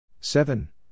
seven